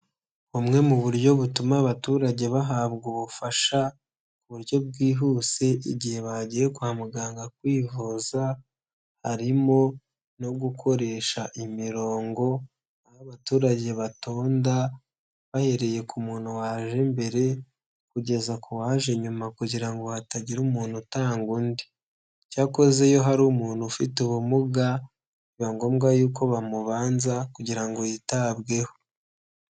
Bumwe mu buryo butuma abaturage bahabwa ubufasha ku buryo bwihuse igihe bagiye kwa muganga kwivuza harimo no gukoresha imirongo, aho abaturage batonda bahereye ku muntu waje mbere kugeza kuwaje nyuma kugira ngo hatagira umuntu utanga undi cyakoze iyo hari umuntu ufite ubumuga biba ngombwa yuko bamubanza kugira ngo yitabweho.